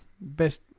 best